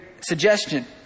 suggestion